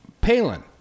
Palin